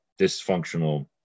dysfunctional